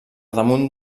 damunt